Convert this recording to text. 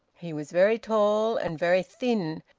he was very tall and very thin,